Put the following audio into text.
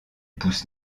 pousse